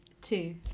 Two